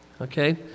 okay